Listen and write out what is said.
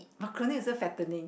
macaroni also fattening